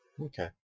okay